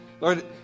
Lord